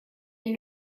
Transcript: elle